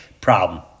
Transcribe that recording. problem